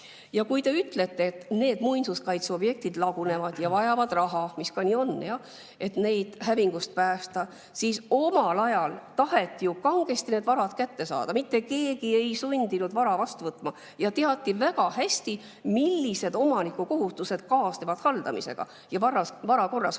Ja kui te ütlete, et need muinsuskaitseobjektid lagunevad ja vajavad raha – nii see ka on, jah –, et neid hävingust päästa, siis omal ajal taheti ju kangesti need varad kätte saada. Mitte keegi ei sundinud vara vastu võtma ja teati väga hästi, millised omaniku kohustused kaasnevad haldamisega ja vara korrashoidmisega.